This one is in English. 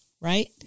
right